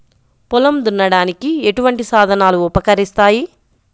పొలం దున్నడానికి ఎటువంటి సాధనాలు ఉపకరిస్తాయి?